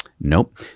Nope